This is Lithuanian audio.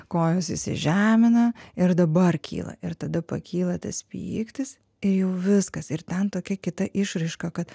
kojos įsižemina ir dabar kyla ir tada pakyla tas pyktis ir jau viskas ir ten tokia kita išraiška kad